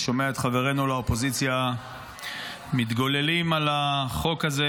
אני שומע את חברינו לאופוזיציה מתגוללים על החוק הזה,